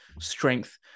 strength